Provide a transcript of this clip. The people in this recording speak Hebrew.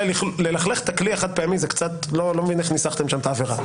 ללכלך באמצעות.